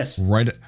right